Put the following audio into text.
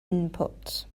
inputs